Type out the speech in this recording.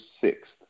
sixth